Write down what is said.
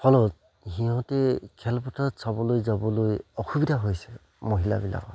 ফলত সিহঁতে খেলপথাৰত চাবলৈ যাবলৈ অসুবিধা হৈছে মহিলাবিলাকৰ